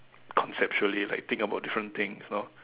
conceptually like think about different things you know